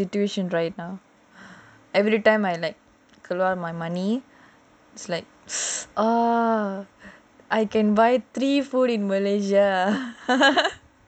ya so imagine my situation right now every time I like my money it's like ah I can buy three food in malaysia